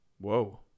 whoa